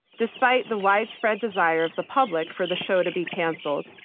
despite the widespread desire of the public for the show to be canceled.